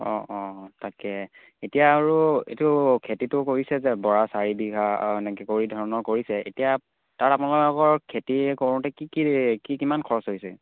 অঁ অঁ তাকে এতিয়া আৰু এইটো খেতিটো কৰিছে যে বৰা চাৰি বিঘা এনেকে কৰি ধৰণৰ কৰিছে এতিয়া তাত আপোনালোকৰ খেতি কৰোঁতে কি কি কি কিমান খৰচ হৈছে